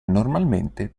normalmente